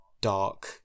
dark